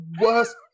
worst